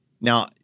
Now